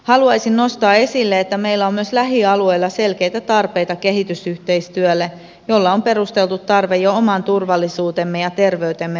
haluaisin nostaa esille että meillä on myös lähialueilla selkeitä tarpeita kehitysyhteistyölle jolle on perusteltu tarve jo oman turvallisuutemme ja terveytemme varjelussa